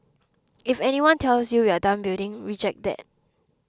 if anyone tells you we're done building reject that